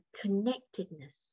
connectedness